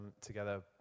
together